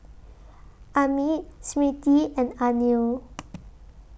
Amit Smriti and Anil